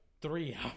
three